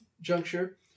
juncture